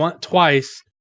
twice